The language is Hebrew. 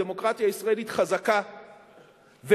הדמוקרטיה הישראלית חזקה וחסונה,